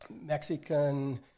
Mexican